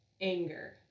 anger